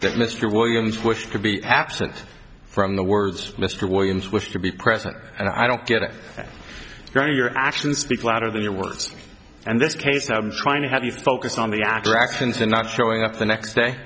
that mr williams wished to be absent from the words mr williams wish to be present and i don't get it going to your actions speak louder than your words and this case i'm trying to have you focus on the actor actions and not showing up the next day